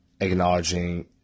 acknowledging